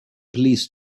police